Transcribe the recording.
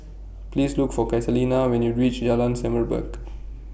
Please Look For Catalina when YOU REACH Jalan Semerbak